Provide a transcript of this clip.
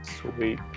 Sweet